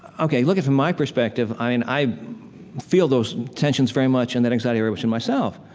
okay, looking from my perspective, i and i feel those tensions very much and that anxiety very much in myself,